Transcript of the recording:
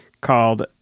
called